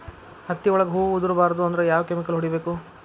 ಹತ್ತಿ ಒಳಗ ಹೂವು ಉದುರ್ ಬಾರದು ಅಂದ್ರ ಯಾವ ಕೆಮಿಕಲ್ ಹೊಡಿಬೇಕು?